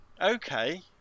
Okay